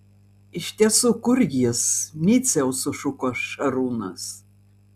iš tiesų kur jis miciau sušuko šarūnas